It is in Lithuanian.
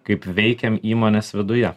kaip veikiam įmonės viduje